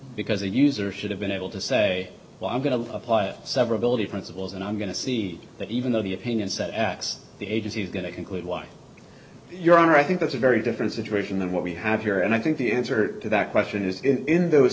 because a user should have been able to say well i'm going to apply a severability principles and i'm going to see that even though the opinion said x the agency is going to conclude y your honor i think that's a very different situation than what we have here and i think the answer to that question is in those